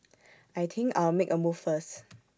I think I'll make A move first